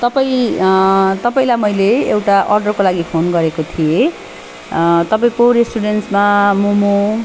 तपाईँ तपाईँलाई मैले एउटा अर्डरको लागि फोन गरेको थिएँ तपाईँको रेस्टुरेन्टमा मोमो